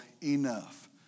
enough